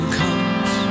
comes